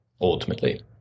ultimately